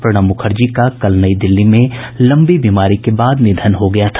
प्रणब मुखर्जी का कल नई दिल्ली में लंबी बीमारी के बाद निधन हो गया था